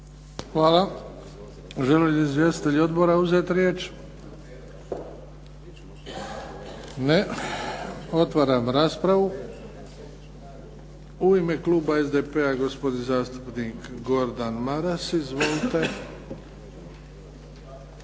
Hvala. Želi li izvjestitelj odbora uzeti riječ? Ne. Otvaram raspravu. U ime kluba SDP-a gospodin zastupnik Gordan Maras, izvolite.